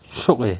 shiok eh